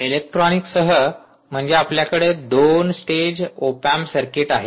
इलेक्ट्रॉनिकसह म्हणजे आपल्याकडे दोन स्टेज ऑप एम्प सर्किट आहे